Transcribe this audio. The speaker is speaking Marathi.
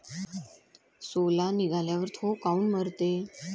सोला निघाल्यावर थो काऊन मरते?